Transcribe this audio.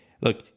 look